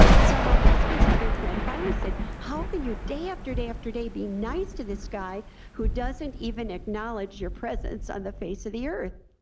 so my husband's other friend finally said how can you, day after day after day, be nice to this guy who doesn't even acknowledge your presence on the face of the earth?